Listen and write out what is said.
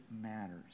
matters